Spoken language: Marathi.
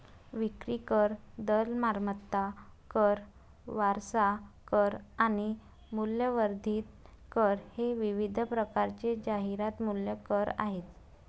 विक्री कर, दर, मालमत्ता कर, वारसा कर आणि मूल्यवर्धित कर हे विविध प्रकारचे जाहिरात मूल्य कर आहेत